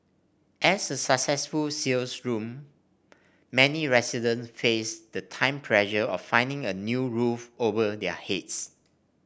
as a successful sales loom many residents face the time pressure of finding a new roof over their heads